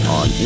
on